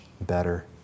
better